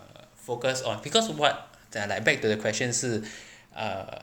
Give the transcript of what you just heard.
focus on because what they're like back to the question 是